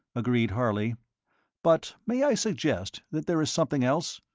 agreed harley but may i suggest that there is something else?